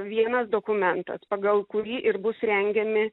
vienas dokumentas pagal kurį ir bus rengiami